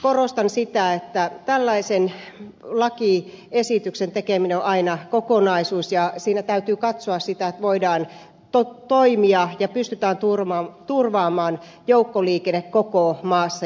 korostan sitä että tällaisen lakiesityksen tekeminen on aina kokonaisuus ja siinä täytyy katsoa sitä että voidaan toimia ja pystytään turvaamaan joukkoliikenne koko maassa